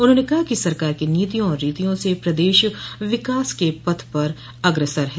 उन्होंने कहा कि सरकार की नीतियों और रीतियों से प्रदेश विकास के पथ पर अग्रसर है